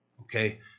okay